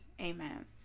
amen